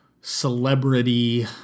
celebrity